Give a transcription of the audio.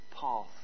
path